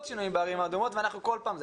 שינויים בערים האדומות ואז אנחנו כל פעם...